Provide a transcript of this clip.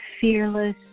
fearless